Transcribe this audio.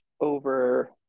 over